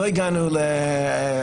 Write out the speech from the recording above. לא הגענו להסכמות,